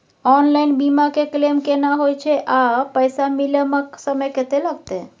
Online बीमा के claim केना होय छै आ पैसा मिले म समय केत्ते लगतै?